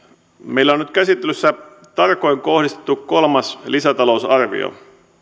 meillä on nyt käsittelyssä tarkoin kohdistettu kolmas lisätalousarvio lisätalousarvio